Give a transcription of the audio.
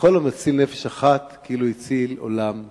וכל המציל נפש אחת כאילו הציל עולם מלא.